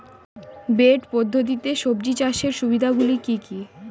Bed পদ্ধতিতে সবজি চাষের সুবিধাগুলি কি কি?